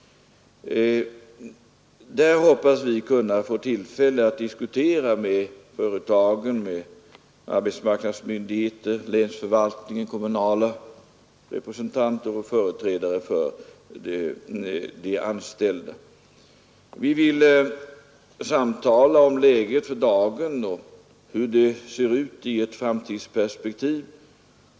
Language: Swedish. Härvidlag hoppas vi få tillfälle att diskutera med företag, arbetsmarknadsmyndigheter, länsförvaltningar, kommunala representanter och företrädare för de anställda. Vi vill samtala om läget för dagen och om hur det ser ut i ett framtidsperspektiv.